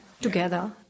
together